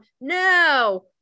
No